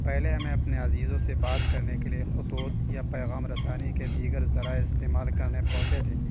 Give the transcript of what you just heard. پہلے ہمیں اپنے عزیزوں سے بات کرنے کے لیے خطوط یا پیغام رسانی کے دیگر ذرائع استعمال کرنے پڑتے تھے